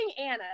Anna